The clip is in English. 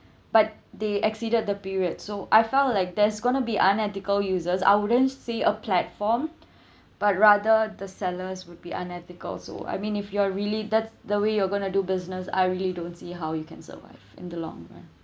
but they exceeded the period so I felt like there's gonna be unethical users I wouldn't say a platform but rather the sellers would be unethical so I mean if you are really that's the way you gonna do business I really don't see how you can survive in the long run